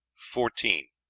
fourteen.